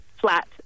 flat